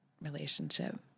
relationship